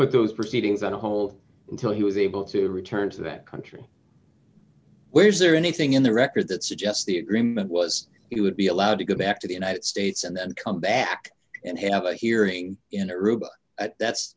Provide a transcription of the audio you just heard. but those proceedings on hold until he was able to return to that country where is there anything in the record that suggests the agreement was it would be allowed to go back to the united states and then come back and have a hearing